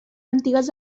antigues